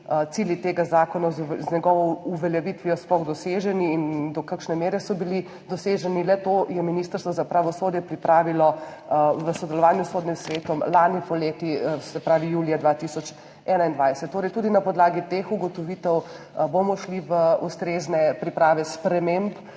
cilji tega zakona z njegovo uveljavitvijo sploh doseženi in do kakšne mere so bili doseženi. Le-to je Ministrstvo za pravosodje pripravilo v sodelovanju s Sodnim svetom lani poleti, se pravi julija 2021. Torej, tudi na podlagi teh ugotovitev bomo šli v ustrezne priprave sprememb